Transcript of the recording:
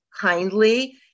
kindly